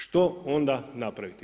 Što onda napraviti?